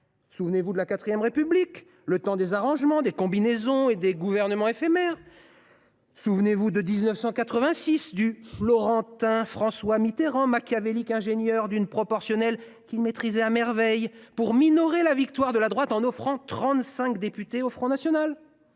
Souvenez vous de la IV République, le temps des arrangements, des combinaisons et des gouvernements éphémères. Souvenez vous de 1986, du « florentin » François Mitterrand, machiavélique ingénieur d’une proportionnelle qu’il maîtrisait à merveille pour minorer la victoire de la droite en offrant trente cinq députés au Front national…